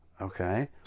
okay